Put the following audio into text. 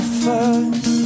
first